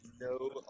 No